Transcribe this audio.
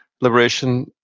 liberation